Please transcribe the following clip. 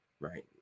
right